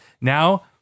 Now